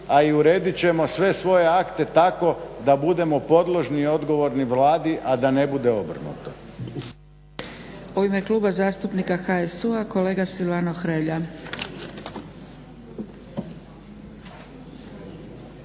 a i uredit ćemo sve svoje akte tako da budemo podložni i odgovorni vladi a da ne bude obrnuto.